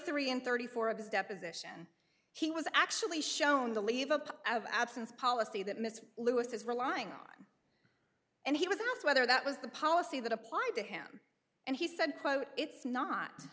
three and thirty four of his deposition he was actually shown the leave of absence policy that mr lewis is relying on and he was asked whether that was the policy that applied to him and he said quote it's not